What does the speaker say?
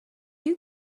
you